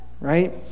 right